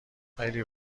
خیلی